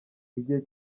igihe